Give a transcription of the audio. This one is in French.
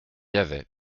avait